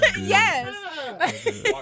yes